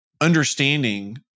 understanding